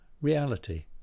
reality